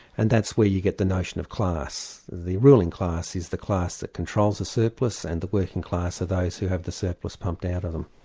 and that's where you get the notion of class. the ruling class is the class that controls the surplus and the working class are those who have the surplus pumped out of them.